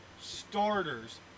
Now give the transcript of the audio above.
starters